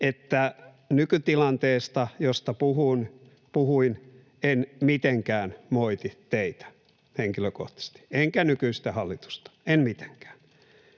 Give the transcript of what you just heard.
että nykytilanteesta, josta puhuin, en mitenkään moiti teitä henkilökohtaisesti enkä nykyistä hallitusta, en mitenkään.